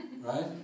Right